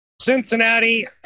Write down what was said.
Cincinnati